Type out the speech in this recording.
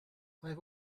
have